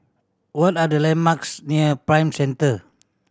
what are the landmarks near Prime Center